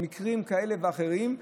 במקרים כאלה ואחרים,